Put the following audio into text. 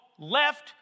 left